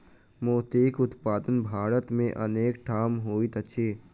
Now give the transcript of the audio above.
मोतीक उत्पादन भारत मे अनेक ठाम होइत अछि